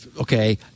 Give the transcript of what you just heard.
Okay